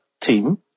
team